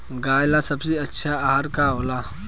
गाय ला सबसे अच्छा आहार का होला?